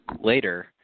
later